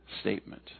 statement